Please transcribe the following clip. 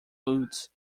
foods